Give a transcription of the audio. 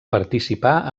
participar